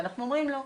ואנחנו אומרים לו,